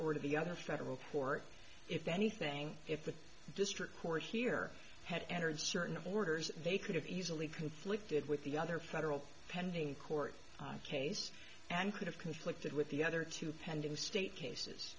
or the other federal court if anything if the district court here had entered certain orders they could have easily conflicted with the other federal pending court case and could have conflicted with the other two pending state cases